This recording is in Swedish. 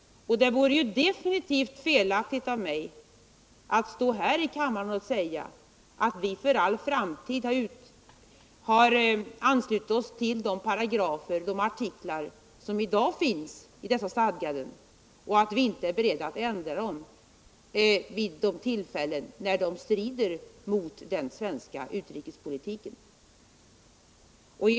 Det vore definitivt felaktigt av mig att stå här i kammaren och säga att vi för all framtid har anslutit oss till de paragrafer, de artiklar som i dag finns i dessa stadganden och att vi inte är beredda att ändra dem vid de tillfällen då de strider mot den svenska utrikespolitiken.